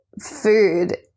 food